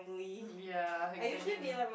mm ya exactly